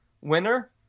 winner